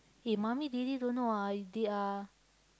hey mummy really don't know ah they are